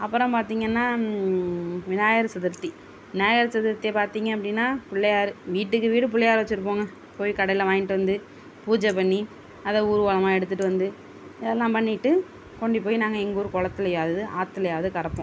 அப்புறோம் பார்த்திங்கன்னா விநாயகர் சதுர்த்தி விநாயகர் சதுர்த்தி பார்த்திங்க அப்படின்னா பிள்ளையார் வீட்டுக்கு வீடு பிள்ளையார் வச்சிருப்போங்க போய் கடையில் வாங்கிட்டு வந்து பூஜைப்பண்ணி அதை ஊர்கோலமாக எடுத்துட்டு வந்து அதெல்லாம் பண்ணிட்டு கொண்டு போய் நாங்கள் எங்கூர் குளத்துலயாவது ஆற்றுலையாவது கரைப்போம்